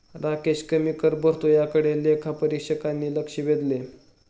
राकेश कमी कर भरतो याकडे लेखापरीक्षकांनी लक्ष वेधले